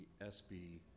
SB